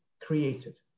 created